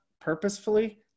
purposefully